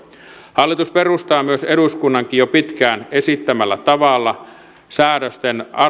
hallitus perustaa myös eduskunnankin jo pitkään esittämällä tavalla säädösten